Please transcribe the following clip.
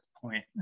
point